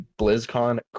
BlizzCon